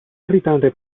irritante